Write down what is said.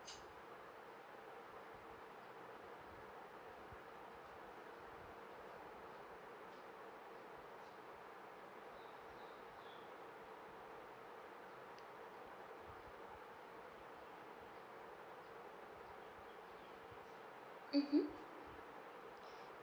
mmhmm